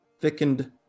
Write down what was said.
thickened